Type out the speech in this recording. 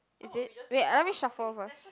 is it wait ah let me shuffle first